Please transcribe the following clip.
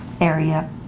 area